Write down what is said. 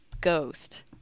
ghost